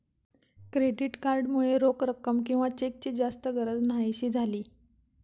credit card मुळे रोख रक्कम किंवा चेकची जास्त गरज न्हाहीशी झाली